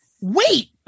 Wait